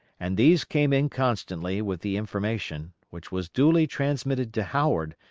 and these came in constantly with the information, which was duly transmitted to howard,